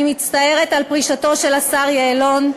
אני מצטערת על פרישתו של השר יעלון,